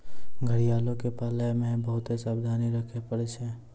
घड़ियालो के पालै मे बहुते सावधानी रक्खे पड़ै छै